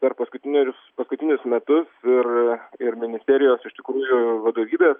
per paskutinerius paskutinius metus ir ir ministerijos iš tikrųjų vadovybės